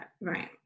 Right